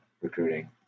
recruiting